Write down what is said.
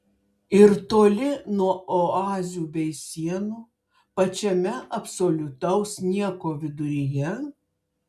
ir toli nuo oazių bei sienų pačiame absoliutaus nieko viduryje